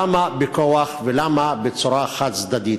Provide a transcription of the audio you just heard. למה בכוח ולמה בצורה חד-צדדית?